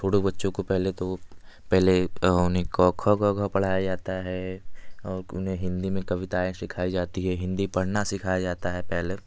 छोटो बच्चों को पहले तो पहले उन्हें क ख ग घ पढ़ाया जाता है उन्हें हिंदी में कविताएँ सिखाई जाती हैं हिंदी पढ़ना सिखाया जाता है पहले